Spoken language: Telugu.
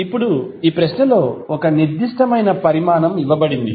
ఇప్పుడు ఈ ప్రశ్నలో ఒక నిర్దిష్టమైన పరిమాణం ఇవ్వబడింది